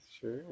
Sure